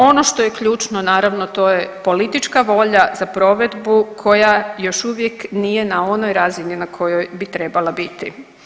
Ono što je ključno naravno to je politička volja za provedbu koja još uvijek nije na onoj razini na kojoj bi trebala biti.